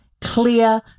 clear